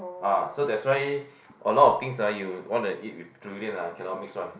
ah so that's why a lot of things ah you want to eat with durian ah cannot mix one